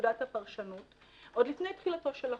לפקודת הפרשנות עוד לפני תחילתו של החוק.